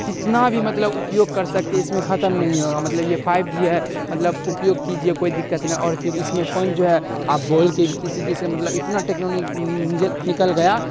کتنا بھی مطلب اپیوگ کر سکتے اس میں ختم نہیں ہوگا مطلب یہ فائیو جی ہے مطلب اپیوگ کیجیے کوئی دقت نہ اور پھر اس میں فون جو ہے آپ بول کے بھی کسی کس سے مطلب اتنا ٹیکنالوجی نکل گیا